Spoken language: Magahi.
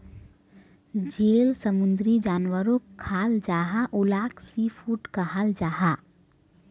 जेल समुंदरी जानवरोक खाल जाहा उलाक सी फ़ूड कहाल जाहा